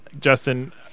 justin